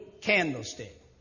candlestick